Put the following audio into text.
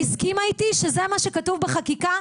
היא הסכימה איתי שזה מה שכתוב בחקיקה,